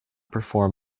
perform